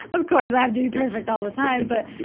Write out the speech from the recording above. of course, i have to be perfect all the time. but,